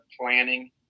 planning